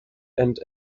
and